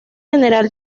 general